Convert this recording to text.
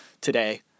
today